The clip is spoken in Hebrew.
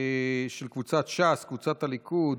של קבוצת סיעת ש"ס, קבוצת סיעת הליכוד,